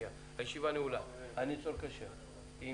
הישיבה ננעלה בשעה 12:46.